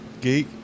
Geek